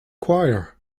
choir